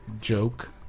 joke